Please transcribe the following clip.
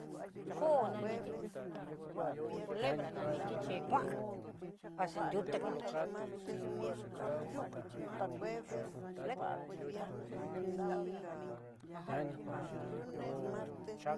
Koó nanití culebra nani ti chí kuan vaxhi nrité kuantí, kuanti lekotí ajan.